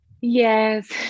Yes